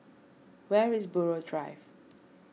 where is Buroh Drive